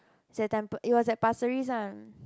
say every Tampines~ it was at Pasir-Ris ah